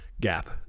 gap